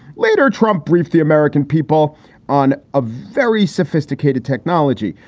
later, trump briefed the american people on a very sophisticated technology,